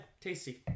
tasty